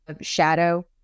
shadow